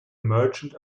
merchant